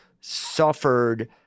suffered